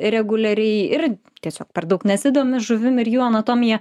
reguliariai ir tiesiog per daug nesidomi žuvim ir jų anatomija